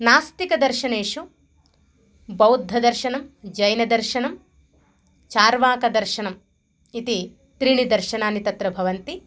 नास्तिकदर्शनेषु बौद्धदर्शनं जैनदर्शनं चार्वाकदर्शनम् इति त्रीणि दर्शनानि तत्र भवन्ति